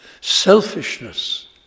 selfishness